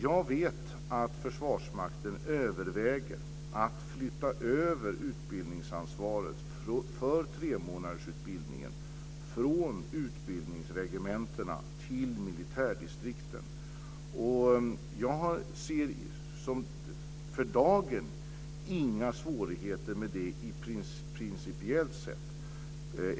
Jag vet att Försvarsmakten överväger att flytta utbildningsansvaret för tremånadersutbildningen från utbildningsregementena till militärdistrikten. Jag ser för dagen inga principiella svårigheter med det.